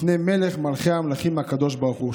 לפני מלך מלכי המלכים הקדוש ברוך הוא".